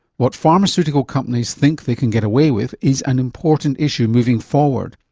what pharmaceutical companies think they can get away with is an important issue moving forward,